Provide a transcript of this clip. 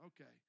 Okay